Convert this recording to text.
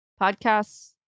Podcasts